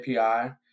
API